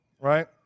right